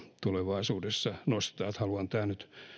tulevaisuudessa nostaa haluan tämän nyt